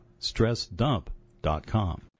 StressDump.com